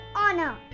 honor